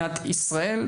בישראל,